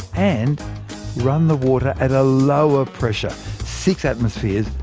and run the water at a lower pressure six atmospheres,